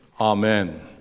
Amen